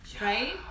Right